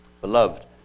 Beloved